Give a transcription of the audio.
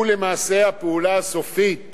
שהוא למעשה הפעולה הסופית